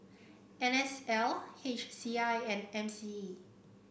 N S L H C I and M C E